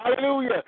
hallelujah